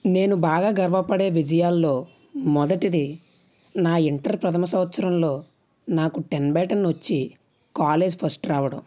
నేను బాగా గర్వపడే విజయాల్లో మొదటిది నా ఇంటర్ ప్రథమ సంవత్సరంలో నాకు టెన్ బై టెన్ వచ్చి కాలేజ్ ఫస్ట్ రావడం